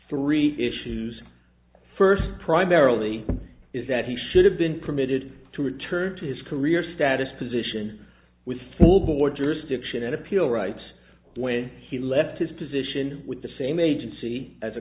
three issues first primarily is that he should have been permitted to return to his career status position with full board jurisdiction and appeal rights when he left his position with the same agency as a